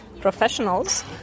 professionals